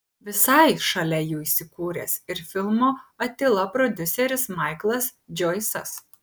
visai šalia jų įsikūręs ir filmo atila prodiuseris maiklas džoisas